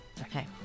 Okay